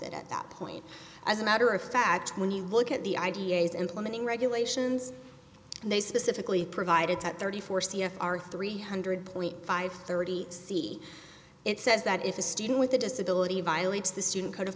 it at that point as a matter of fact when you look at the idea as implementing regulations and they specifically provided that thirty four c f r three hundred point five thirty c it says that if a student with a disability violates the student code of